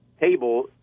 table